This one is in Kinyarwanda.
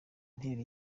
intero